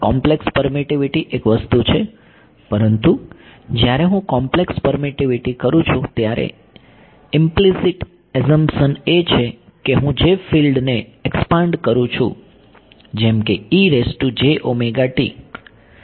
complex permittivity એક વસ્તુ છે પરંતુ જ્યારે હું કોમ્પ્લેક્સ પરમીટીવીટી કરું છું ત્યારે ઈમ્પલીસીટ એઝમસન એ છે કે હું જે ફિલ્ડને એક્ષપાંડ કરું છું જેમ કે